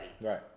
right